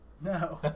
No